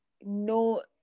no